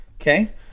Okay